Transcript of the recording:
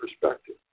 perspective